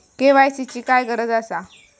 KYC ची काय गरज आसा?